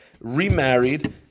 remarried